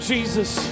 Jesus